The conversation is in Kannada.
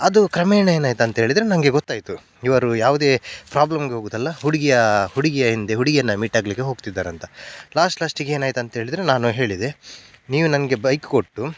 ಅದು ಕ್ರಮೇಣ ಏನಾಯ್ತು ಅಂತೇಳಿದರೆ ನನಗೆ ಗೊತ್ತಾಯಿತು ಇವರು ಯಾವುದೇ ಪ್ರಾಬ್ಲಮ್ಗೆ ಹೋಗೋದಲ್ಲ ಹುಡುಗಿಯ ಹುಡುಗಿಯ ಹಿಂದೆ ಹುಡುಗಿಯನ್ನು ಮೀಟಾಗಲಿಕ್ಕೆ ಹೋಗ್ತಿದ್ದಾರಂತ ಲಾಸ್ಟ್ ಲಾಸ್ಟಿಗೆ ಏನಾಯ್ತು ಅಂತೇಳಿದರೆ ನಾನು ಹೇಳಿದೆ ನೀವು ನನಗೆ ಬೈಕ್ ಕೊಟ್ಟು